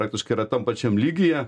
praktiškai yra tam pačiam lygyje